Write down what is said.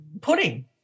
pudding